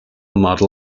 model